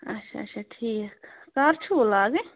اَچھا اَچھا ٹھیٖک کَر چھُو وۅنۍ لاگٕنۍ